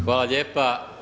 Hvala lijepa.